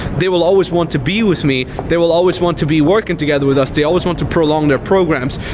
they will always want to be with me. they will always want to be working together with us. they always want to prolong their programs.